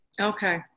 Okay